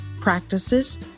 practices